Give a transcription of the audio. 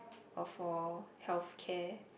or for health care